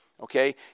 Okay